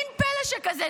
מין פלא שכזה,